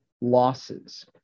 losses